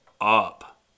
up